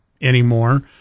anymore